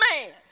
man